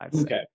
Okay